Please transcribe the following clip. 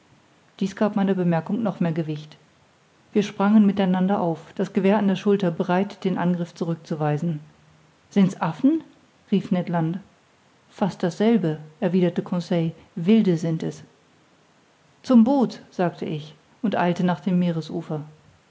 dies gab meiner bemerkung noch mehr gewicht wir sprangen mit einander auf das gewehr an der schulter bereit den angriff zurück zu weisen sind's affen rief ned land fast dasselbe erwiderte conseil wilde sind es zum boot sagte ich und eilte nach dem meeresufer